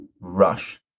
rush